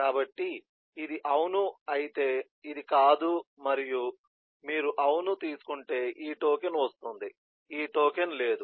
కాబట్టి ఇది అవును అయితే ఇది కాదు మరియు మీరు అవును తీసుకుంటే ఈ టోకెన్ వస్తుంది ఈ టోకెన్ లేదు